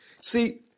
See